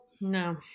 No